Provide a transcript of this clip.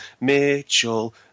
Mitchell